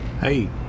Hey